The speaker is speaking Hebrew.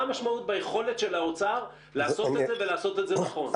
מה המשמעות ביכולת של האוצר לעשות את זה ולעשות את זה נכון.